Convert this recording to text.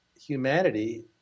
humanity